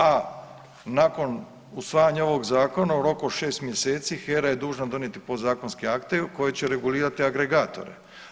A nakon usvajanja ovog zakona u roku od 6 mjeseci HERA je dužna donijeti podzakonske akte koje će regulirati agregatore.